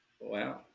Wow